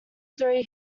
three